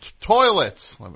toilets